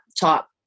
top